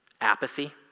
apathy